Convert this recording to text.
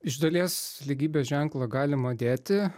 iš dalies lygybės ženklą galima dėti